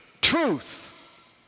truth